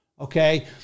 okay